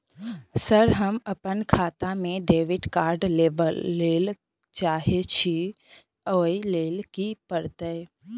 Sir हम अप्पन खाता मे डेबिट कार्ड लेबलेल चाहे छी ओई लेल की परतै?